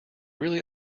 really